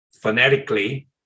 phonetically